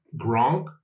Gronk